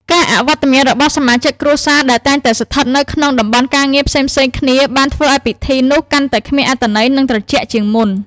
ការអវត្ដមានរបស់សមាជិកគ្រួសារ ដែលតែងតែស្ថិតនៅក្នុងតំបន់ការងារផ្សេងៗគ្នា បានធ្វើឱ្យពិធីនោះកាន់តែគ្មានអត្ថន័យនិងត្រជាក់ជាងមុន។